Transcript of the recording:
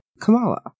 Kamala